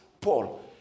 Paul